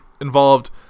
involved